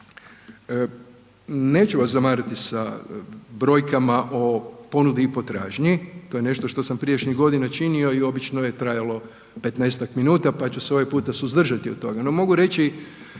Neću vas zamarati sa brojkama o ponudi potražnji, to je nešto što sam prijašnjih godina činio i obično je trajalo 15-tak minuta, pa ću se ovaj puta suzdržati od toga. No, mogu reći